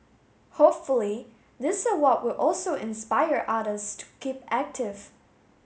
hopefully this award will also inspire others to keep active